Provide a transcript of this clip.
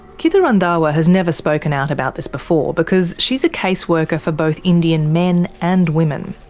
kittu randhawa has never spoken out about this before because she is a caseworker for both indian men and women.